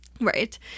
Right